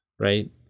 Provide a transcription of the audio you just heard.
right